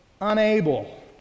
unable